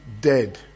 dead